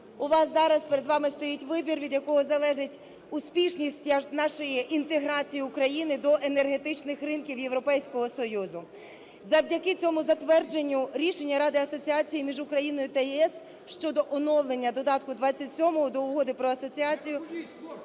у вас зараз перед вами стоїть вибір, від якого залежить успішність нашої інтеграції України до енергетичних ринків Європейського Союзу. Завдяки цьому затвердженню Рішення Ради асоціації між Україною та ЄС щодо оновлення Додатка XXVII до Угоди про асоціацію